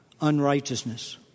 unrighteousness